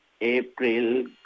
april